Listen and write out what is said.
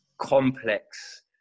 complex